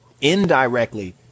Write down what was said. indirectly